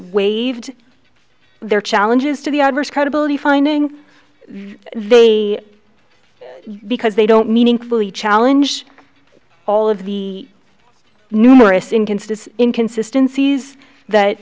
waived their challenges to the adverse credibility finding they because they don't meaningfully challenge all of the numerous instances in consistencies that